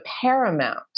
Paramount